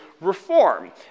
reform